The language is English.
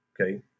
Okay